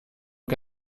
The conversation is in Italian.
che